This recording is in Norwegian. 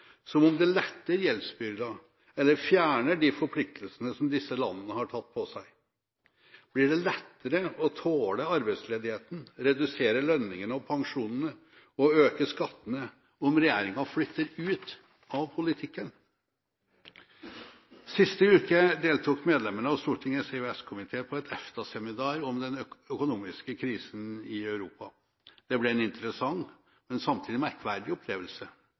som om det letter gjeldsbyrden eller fjerner de forpliktelsene som disse landene har tatt på seg. Blir det lettere å tåle arbeidsledigheten, redusere lønningene og pensjonene og øke skattene om regjeringen flytter ut av politikken? Sist uke deltok medlemmene av Stortingets EØS-komité på et EFTA-seminar om den økonomiske krisen i Europa. Det ble en interessant, men samtidig merkverdig opplevelse